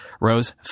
rose